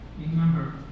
remember